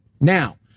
Now